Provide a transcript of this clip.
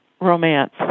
romance